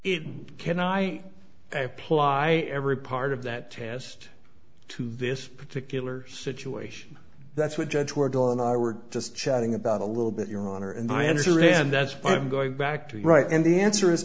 it can i apply every part of that test to this particular situation that's what judge or dog and i were just chatting about a little bit your honor and my answer is and that's what i'm going back to right and the answer is